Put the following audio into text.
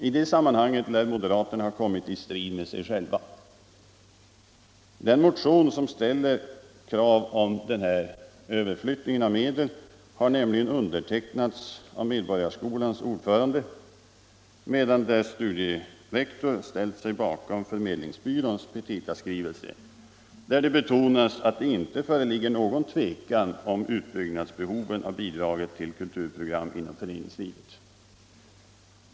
I det sammanhanget lär moderaterna ha kommit i strid med sig själva. Den motion som ställer krav om den här överflyttningen av medel har nämligen undertecknats av Medborgarskolans ordförande, medan dess studierektor ställt sig bakom förmedlingsbyråns petitaskrivelse, där det betonas att det inte föreligger något tvivel om behovet av en ökning av bidraget till kulturprogram inom föreningslivet.